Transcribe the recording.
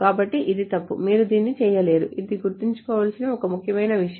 కాబట్టి ఇది తప్పు మీరు దీన్ని చేయలేరు ఇది గుర్తుంచుకోవలసిన ఒక ముఖ్యమైన విషయం